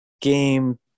game